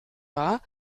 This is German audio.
war